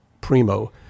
Primo